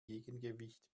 gegengewicht